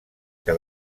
que